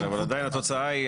אבל עדיין התוצאה היא,